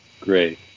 Great